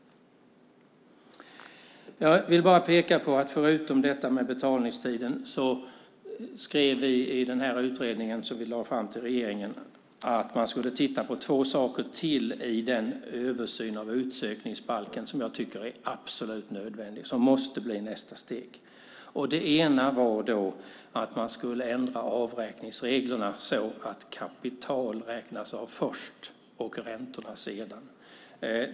Jag vill påpeka att förutom detta med betalningstiden skrev vi i utredningen, som vi lade fram för regeringen, att man skulle titta på två saker till i den översyn av utsökningsbalken som jag tycker är absolut nödvändig och som måste bli ett nästa steg. Det ena var att man skulle ändra avräkningsreglerna så att kapital räknas av först och räntorna sedan.